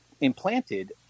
implanted